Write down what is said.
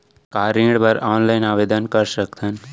का ऋण बर ऑनलाइन आवेदन कर सकथन?